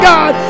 God